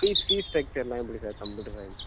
fees fees ஸ்டக்ச்சர்லாம் எப்படி sir computer science